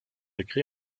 écrit